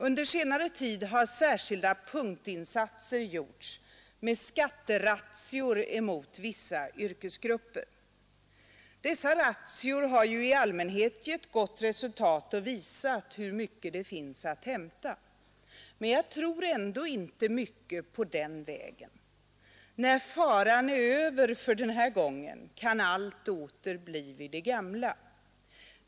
Under senare tid har särskilda punktinsatser gjorts med skatterazzior mot vissa yrkesgrupper. Dessa razzior har i allmänhet gett gott resultat och visat hur mycket det finns att hämta. Men jag tror ändå inte mycket på den vägen. När faran är över för den här gången, kan allt åter bli vid det gamla.